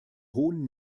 hohen